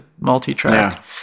multi-track